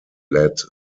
led